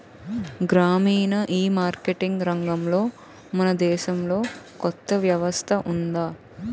గ్రామీణ ఈమార్కెటింగ్ రంగంలో మన దేశంలో కొత్త వ్యవస్థ ఉందా?